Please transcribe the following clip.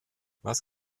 was